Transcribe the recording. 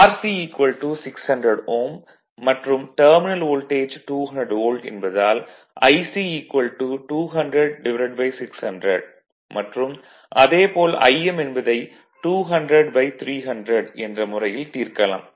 Rc 600 Ω மற்றும் terminal voltage 200 volt என்பதால் Ic 200600 மற்றும் அதே போல் Im என்பதை 200300 என்ற முறையில் தீர்க்கலாம்